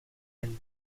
and